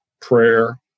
prayer